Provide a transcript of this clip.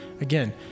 again